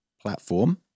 platform